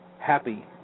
happy